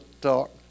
talk